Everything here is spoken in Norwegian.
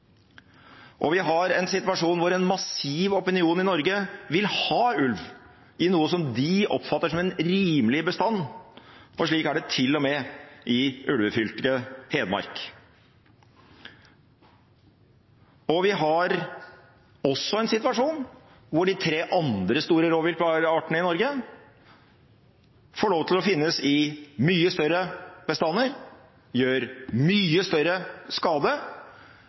Vi har en situasjon der en massiv opinion i Norge vil ha ulv i noe som de oppfatter som en rimelig bestand. Slik er det til og med i ulvefylket Hedmark. Vi har også en situasjon der de tre andre store rovviltartene i Norge får lov til å finnes i mye større bestander. De gjør mye større skade,